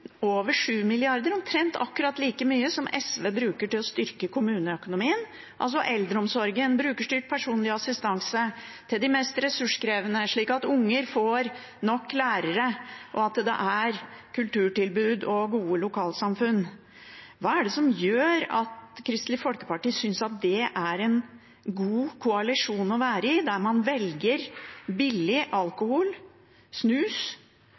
over 7 mrd. kr på å sette ned avgiftene på sukker, snus og alkohol. 7 mrd. kr er omtrent akkurat like mye som SV bruker på å styrke kommuneøkonomien – altså, til eldreomsorgen, til brukerstyrt personlig assistanse til de mest ressurskrevende, og slik at barn får nok lærere, og at det er kulturtilbud og gode lokalsamfunn. Hva er det som gjør at Kristelig Folkeparti synes det er en god koalisjon å